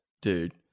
dude